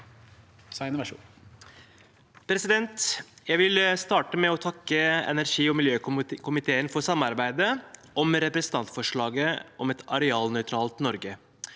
for saken): Jeg vil starte med å takke energi- og miljøkomiteen for samarbeidet om representantforslaget om et arealnøytralt Norge.